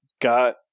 Got